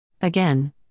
Again